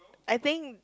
I think